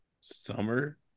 Summer